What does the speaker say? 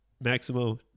Maximo